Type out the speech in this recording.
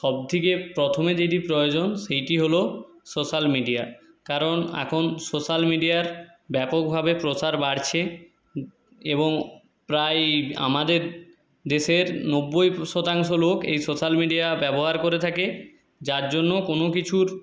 সবথেকে প্রথমে যেটি প্রয়োজন সেটি হল সোশাল মিডিয়া কারণ এখন সোশাল মিডিয়ার ব্যাপকভাবে প্রসার বাড়ছে এবং প্রায় আমাদের দেশের নব্বই শতাংশ লোক এই সোশাল মিডিয়া ব্যবহার করে থাকে যার জন্য কোনো কিছুর